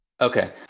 Okay